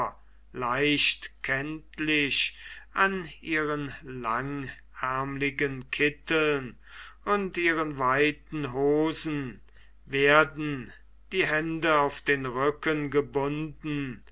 leicht kenntlich an ihren langärmligen kitteln und ihren weiten hosen werden die hände auf den rücken gebunden